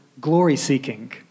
glory-seeking